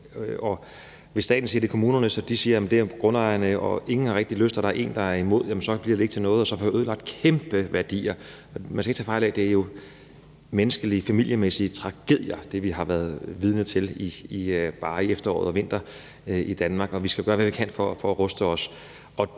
Hvis staten siger, det er kommunernes, og de siger, det er grundejernes, og ingen rigtig har lyst, og der er én, der er imod, så bliver det ikke til noget, og så får vi ødelagt kæmpe værdier. Man skal ikke tage fejl af, at det jo er menneskelige, familiemæssige tragedier, vi har været vidne til bare i efteråret og i vinter i Danmark, og vi skal gøre, hvad vi kan for at ruste os.